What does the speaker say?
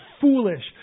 foolish